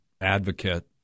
advocate